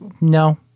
no